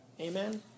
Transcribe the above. Amen